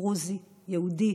דרוזי, יהודי,